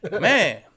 Man